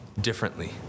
differently